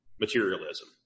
materialism